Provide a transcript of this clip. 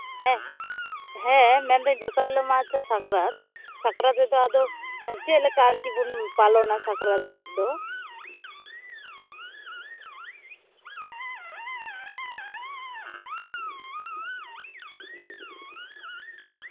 ᱦᱮᱸ ᱦᱮᱸ ᱢᱮᱱᱫᱟᱹᱧ ᱫᱚᱥᱟᱨ ᱦᱤᱞᱟᱹᱜ ᱢᱟ ᱟᱪᱪᱷᱟ ᱥᱟᱠᱨᱟᱛ ᱥᱟᱠᱨᱟᱛ ᱨᱮᱫᱚ ᱟᱫᱚ ᱪᱮᱫᱞᱮᱠᱟ ᱟᱨᱠᱤ ᱵᱚᱱ ᱯᱟᱞᱚᱱᱟ ᱥᱟᱠᱨᱟᱛ ᱫᱚ